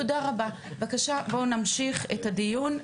תודה רבה, בבקשה בואו נמשיך את הדיון.